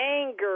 anger